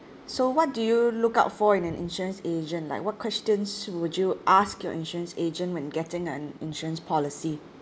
so what do you look out for in an insurance agent like what questions would you ask your insurance agent when getting an insurance policy